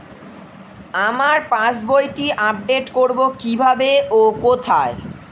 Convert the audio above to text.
আমার পাস বইটি আপ্ডেট কোরবো কীভাবে ও কোথায়?